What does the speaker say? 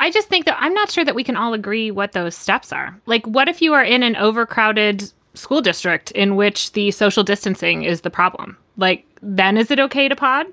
i just think that i'm not sure that we can all agree what those steps are like. what if you are in an overcrowded school district in which the social distancing is the problem? like then is it ok to pod?